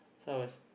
some of us